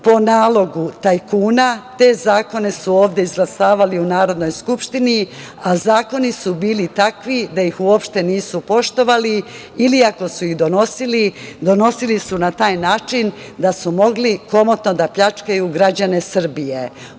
po nalogu tajkuna, te zakone su ovde izglasavali u Narodnoj skupštini, a zakoni su bili takvi da ih uopšte nisu poštovali ili ako su ih donosili, donosili su na taj način da su mogli komotno da pljačkaju građane Srbije.